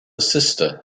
sister